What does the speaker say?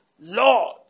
Lord